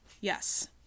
yes